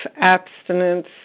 abstinence